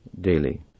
daily